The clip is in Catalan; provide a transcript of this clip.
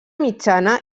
mitjana